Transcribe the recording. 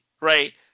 right